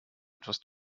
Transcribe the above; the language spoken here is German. etwas